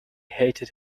hated